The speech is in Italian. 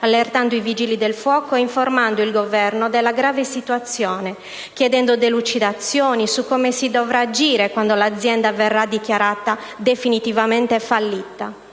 allertando i Vigili del fuoco e informando il Governo della grave situazione, chiedendo delucidazioni su come si dovrà agire quando l'azienda verrà dichiarata definitivamente fallita.